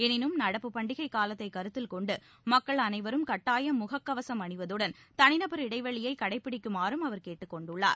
எனினும் நடப்பு பண்டிகை காலத்தை கருத்தில் கொண்டு மக்கள் அனைவரும் கட்டாயம் முகக்கவசம் அணிவதுடன் தனி நபர் இடைவெளியை கடைப்பிடிக்குமாறும் அவர் கேட்டுக் கொண்டுள்ளார்